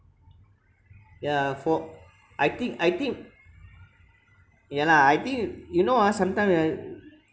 yeah for I think I think yeah lah I think you know ah sometime ah